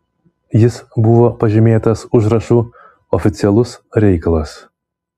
jis buvo pažymėtas užrašu oficialus reikalas